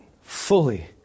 fully